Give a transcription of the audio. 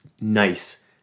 nice